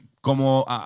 como